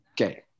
Okay